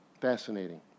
Fascinating